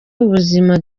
ubuzima